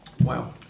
wow